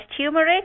turmeric